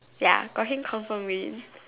ya got him confirm win